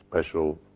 special